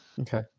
Okay